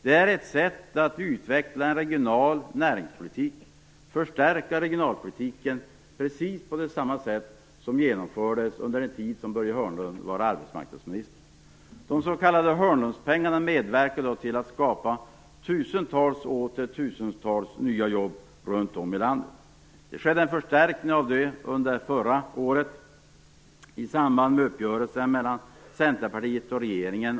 Det är ett sätt att utveckla regional näringspolitik och förstärka regionalpolitiken på precis samma sätt som man gjorde under den tid då Börje Hörnlund var arbetsmarknadsminister. De s.k. Hörnlundspengarna bidrog till att skapa tusentals och åter tusentals nya jobb runt om i landet. Under förra året skedde en förstärkning av detta arbete i samband med uppgörelsen mellan Centerpartiet och regeringen.